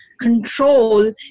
control